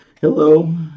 Hello